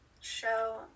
show